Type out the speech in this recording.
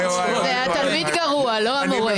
זה התלמיד גרוע, לא המורה.